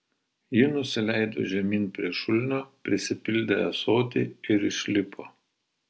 ji nusileido žemyn prie šulinio prisipildė ąsotį ir išlipo